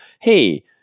Hey